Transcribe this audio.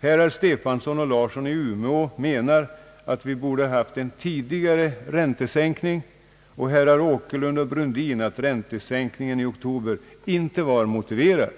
Herrar Stefanson och Larsson i Umeå menar att vi borde haft en tidigare räntesänkning, herrar Åkerlund och Brundin att räntesänkningen i oktober inte var motiverad.